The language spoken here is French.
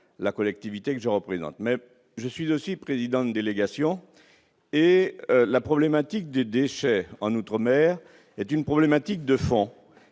la collectivité que je représente, mais je suis aussi présidente délégation et la problématique des déchets en outre-mer et d'une problématique de fond